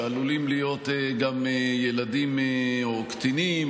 שעלולים להיות גם ילדים או קטינים,